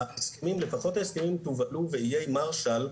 לפחות ההסכמים שהובלו באיי מרשל,